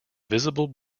visible